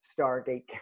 Stargate